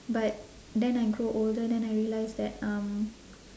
but then I grow older then I realise that um